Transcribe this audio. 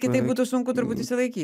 kitaip būtų sunku turbūt išsilaikyt